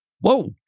Whoa